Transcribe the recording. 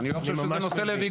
אני לא חושב שזה נושא לוויכוח.